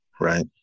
Right